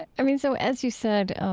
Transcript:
i mean, so as you said,